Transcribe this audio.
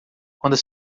quando